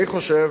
אני חושב